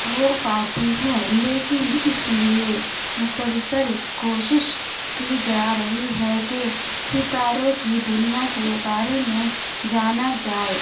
ہو پاتی ہے لیکن اس لیے مسلسل کوشش کی جا رہی ہے کہ ستاروں کی دنیا کے بارے میں جانا جائے